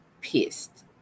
pissed